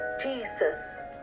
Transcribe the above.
Jesus